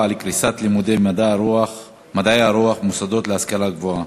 על קריסת לימודי מדעי הרוח במוסדות להשכלה גבוהה,